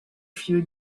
few